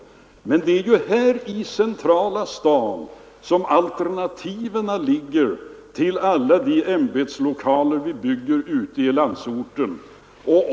Men det är ju här i den centrala staden som alternativen till alla de ämbetslokaler vi bygger ute i landsorten ligger.